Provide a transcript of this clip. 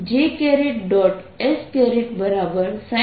અને તેથી F